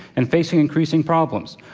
and facing increasing problems.